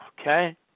Okay